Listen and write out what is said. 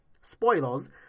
spoilers